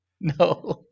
No